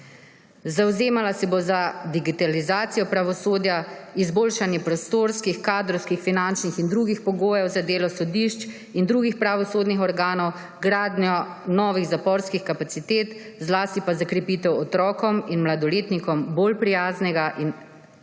Zavzemala se bo za digitalizacijo pravosodja, izboljšanje prostorskih, kadrovskih, finančnih in drugih pogojev za delo sodišč in drugih pravosodnih organov, gradnjo novih zaporskih kapacitet, zlasti pa za krepitev otrokom in mladoletnikom bolj prijaznega delovanja